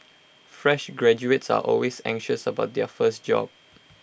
fresh graduates are always anxious about their first job